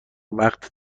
وقت